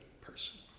person